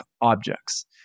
objects